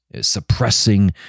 suppressing